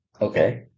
Okay